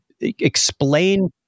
explain